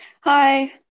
Hi